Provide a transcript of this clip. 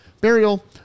Burial